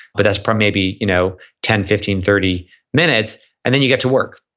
but that's probably maybe you know ten, fifteen, thirty minutes and then you get to work.